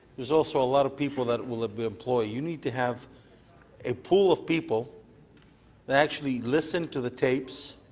there's also a lot of people that will ah be employed. you need to have a pool of people that actually listen to the tapes,